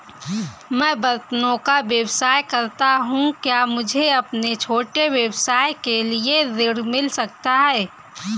मैं बर्तनों का व्यवसाय करता हूँ क्या मुझे अपने छोटे व्यवसाय के लिए ऋण मिल सकता है?